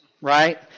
right